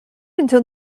until